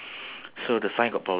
ten differences